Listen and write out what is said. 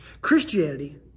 Christianity